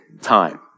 time